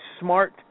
smart